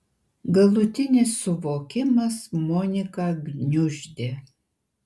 galutinis suvokimas moniką gniuždė